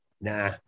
Nah